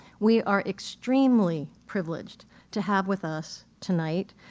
we are extremely privileged to have with us tonight,